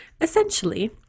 Essentially